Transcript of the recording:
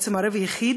בעצם הערב היחיד,